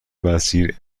مسیر